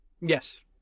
Yes